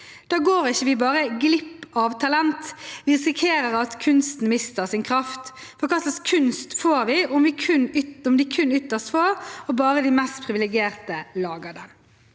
Da går vi ikke bare glipp av talent, vi risikerer at kunsten mister sin kraft, for hva slags kunst får vi om kun ytterst få og bare de mest privilegerte lager den?